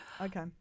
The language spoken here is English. Okay